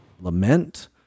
lament